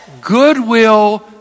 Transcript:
goodwill